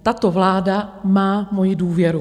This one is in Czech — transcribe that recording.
Tato vláda má moji důvěru.